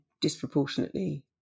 Disproportionately